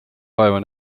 vaeva